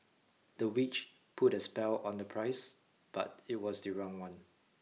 the witch put a spell on the price but it was the wrong one